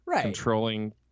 controlling